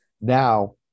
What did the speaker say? Now